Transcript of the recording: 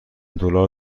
دلار